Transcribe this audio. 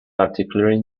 particularly